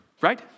right